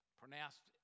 pronounced